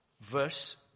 verse